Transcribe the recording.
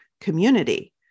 community